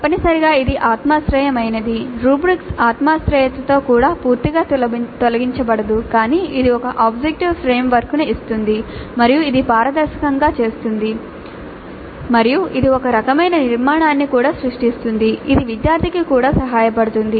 తప్పనిసరిగా ఇది ఆత్మాశ్రయమైనది రుబ్రిక్స్ ఆత్మాశ్రయతతో కూడా పూర్తిగా తొలగించబడదు కానీ ఇది ఒక ఆబ్జెక్టివ్ ఫ్రేమ్వర్క్ను ఇస్తుంది మరియు ఇది పారదర్శకంగా చేస్తుంది మరియు ఇది ఒక రకమైన నిర్మాణాన్ని కూడా సృష్టిస్తుంది ఇది విద్యార్థికి కూడా సహాయపడుతుంది